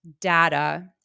data